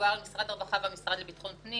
דובר על משרד הרווחה והמשרד לביטחון פנים